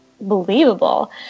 believable